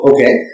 Okay